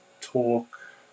talk